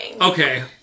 Okay